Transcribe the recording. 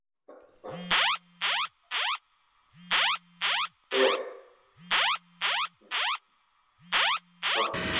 अस्तु अस्तु एवम् हा